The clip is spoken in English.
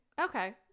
Okay